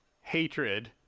hatred